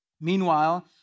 Meanwhile